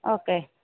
okay